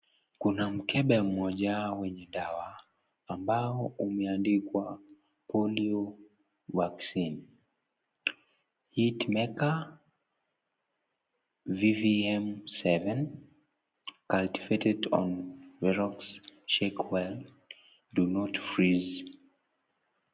Kuna mkebe mmoja wao wenye dawa ambao umeandikwa Polio vaccine . Hitmaker vvm 7 cultivated on the rocks shake well , do not freeze .